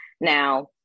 Now